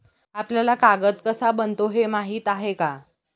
आपल्याला कागद कसा बनतो हे माहीत आहे का?